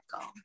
go